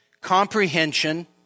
comprehension